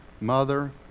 mother